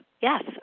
Yes